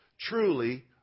truly